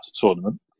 tournament